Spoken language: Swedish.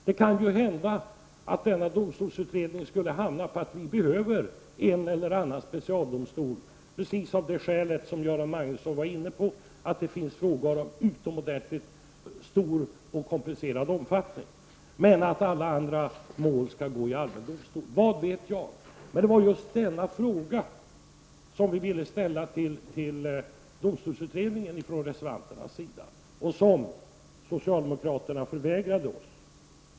Det kan hända att domstolsutredningen kommer fram till att vi behöver en eller annan specialdomstol, av det skäl som Göran Magnusson var inne på, nämligen att det finns frågor av utomordentligt stor och komplicerad omfattning. Alla andra mål skall avgöras i de allmänna domstolarna. Vad vet jag? Det var just denna fråga som vi ville ställa till domstolsutredningen men som socialdemokraterna vägrade oss.